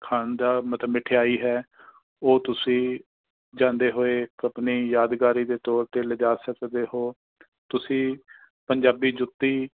ਖਾਣ ਦਾ ਮਤਲਬ ਮਿਠਿਆਈ ਹੈ ਉਹ ਤੁਸੀਂ ਜਾਂਦੇ ਹੋਏ ਇੱਕ ਆਪਣੀ ਯਾਦਗਾਰੀ ਦੇ ਤੌਰ 'ਤੇ ਲਿਜਾ ਸਕਦੇ ਹੋ ਤੁਸੀਂ ਪੰਜਾਬੀ ਜੁੱਤੀ